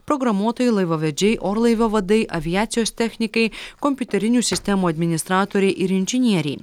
programuotojai laivavedžiai orlaivio vadai aviacijos technikai kompiuterinių sistemų administratoriai ir inžinieriai